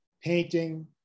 painting